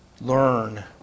learn